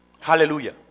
Hallelujah